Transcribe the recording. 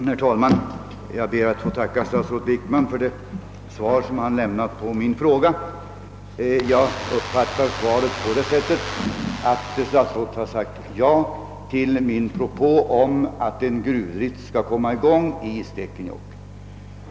Herr talman! Jag ber att få tacka statsrådet för det svar han lämnat på min fråga. Jag uppfattar svaret på det sättet, att statsrådet sagt ja till min propå om att gruvdrift skall komma i gång i Stekenjokk.